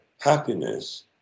Happiness